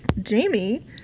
Jamie